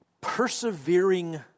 Persevering